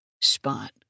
spot